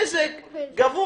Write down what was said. בזק גבו